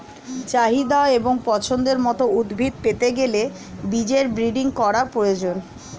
চাহিদা এবং পছন্দের মত উদ্ভিদ পেতে গেলে বীজের ব্রিডিং করার প্রয়োজন